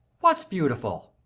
what's beautiful?